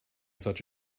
such